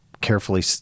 carefully